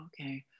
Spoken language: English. Okay